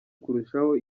kurushaho